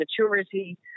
maturity